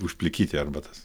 užplikyti arbatas